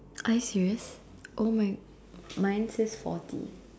are you serious oh mine mine says forty